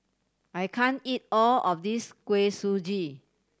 I can't eat all of this Kuih Suji